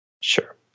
Sure